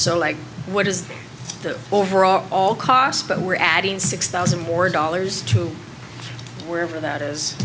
so like what is the overall all cost but we're adding six thousand more dollars to wherever that is